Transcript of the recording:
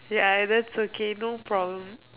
ya that's okay no problem